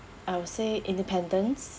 I would say independence